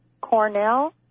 Cornell